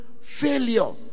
failure